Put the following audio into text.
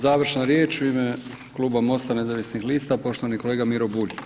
Završna riječ u ime kluba MOST-a nezavisnih lista, poštovani kolega Miro Bulj.